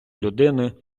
людину